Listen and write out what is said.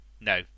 No